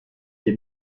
des